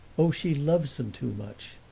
oh, she loves them too much.